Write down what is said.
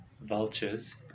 vultures